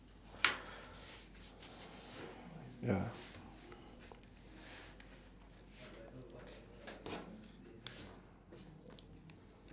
ya